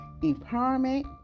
empowerment